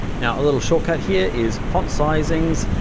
now, a little shortcut here is font sizings.